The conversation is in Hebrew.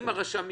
אם הרשם ישתכנע,